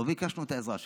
לא ביקשנו את העזרה שלכם,